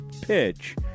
pitch